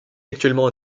actuellement